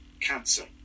cancer